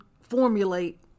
formulate